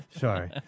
Sorry